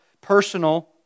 personal